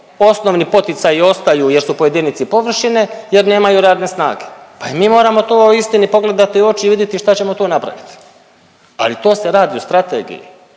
osnovni poticaji ostaju jer su po jedinici površine jer nemaju radne snage. Pa i mi moramo toj istini pogledati u oči i vidjeti šta ćemo tu napraviti, ali to se radi u strategiji.